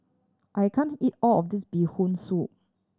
I can't eat all of this Bee Hoon Soup